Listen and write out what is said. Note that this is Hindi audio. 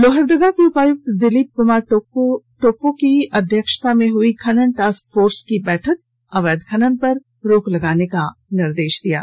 लोहरदगा के उपायुक्त दिलीप कुमार टोप्पो की अध्यक्षता में हुई खनन टास्क फोर्स की बैठक अवैध खनन पर रोक लगाने का निर्देष दिया गया